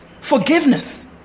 forgiveness